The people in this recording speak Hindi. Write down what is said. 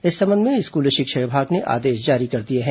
इस संबंध में स्कूल शिक्षा विभाग ने आदेश जारी कर दिए हैं